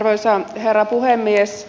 arvoisa herra puhemies